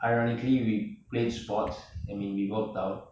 ironically we played sports I mean we worked out